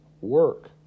work